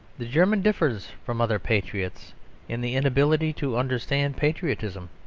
the german differs from other patriots in the inability to understand patriotism.